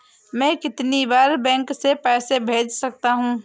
मैं कितनी बार बैंक से पैसे भेज सकता हूँ?